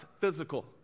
physical